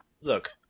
Look